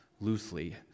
loosely